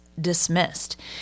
dismissed